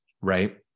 right